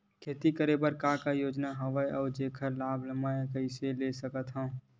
खेती करे बर का का योजना हवय अउ जेखर लाभ मैं कइसे ले सकत हव?